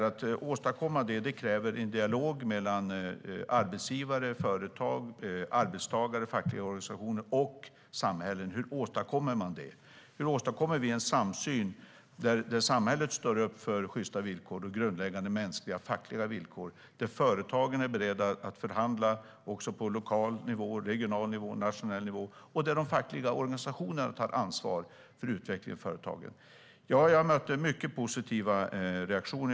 Att åstadkomma det kräver en dialog mellan arbetsgivare, företag, arbetstagare, fackliga organisationer och samhället. Det är min övertygelse. Hur åstadkommer vi det? Hur åstadkommer vi en samsyn där samhället står upp för sjysta villkor och grundläggande mänskliga fackliga villkor, där företagen är beredda att förhandla på lokal, regional och nationell nivå och där de fackliga organisationerna tar ansvar för utvecklingen av företagen? Ja, jag mötte mycket positiva reaktioner.